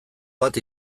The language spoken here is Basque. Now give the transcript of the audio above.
bat